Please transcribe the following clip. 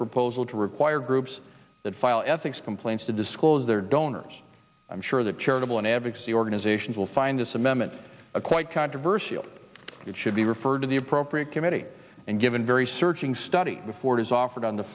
proposal to require groups that file ethics complaints to disclose their donors i'm sure that charitable and advocacy organizations will find this amendment a quite controversial it should be were to the appropriate committee and given very searching study before it is offered on the